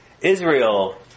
Israel